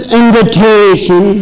invitation